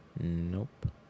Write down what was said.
Nope